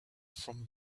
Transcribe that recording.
from